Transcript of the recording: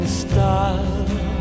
style